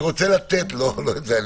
ולכן אני אומר: אין בו טעם.